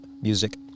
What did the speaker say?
Music